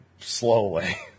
slowly